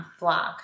vlog